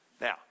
Now